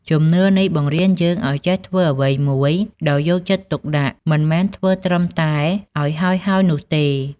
ជំនឿនេះបង្រៀនយើងឱ្យចេះធ្វើអ្វីមួយដោយយកចិត្តទុកដាក់ មិនមែនធ្វើត្រឹមតែឱ្យហើយៗនោះទេ។